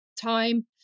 time